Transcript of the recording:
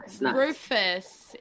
rufus